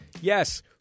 Yes